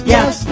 Yes